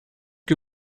que